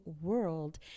world